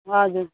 हजुर